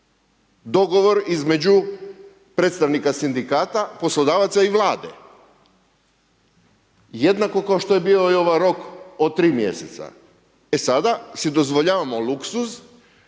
Dogovor između predstavnika sindikata, poslodavaca i Vlade jednako kao što je bio i ovaj rok od 3 mjeseca. E sada si dozvoljavamo luksuz